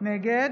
נגד